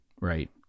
right